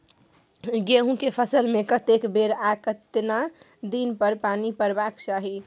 गेहूं के फसल मे कतेक बेर आ केतना दिन पर पानी परबाक चाही?